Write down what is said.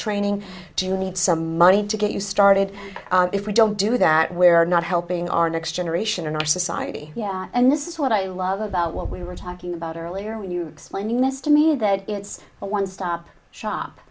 training do you need some money to get you started if we don't do that where are not helping our next generation in our society and this is what i love about what we were talking about earlier when you explain this to me that it's a one stop shop